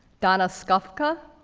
donna skufca,